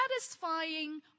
satisfying